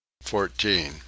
fourteen